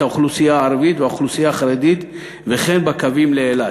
האוכלוסייה הערבית והאוכלוסייה החרדית וכן בקווים לאילת.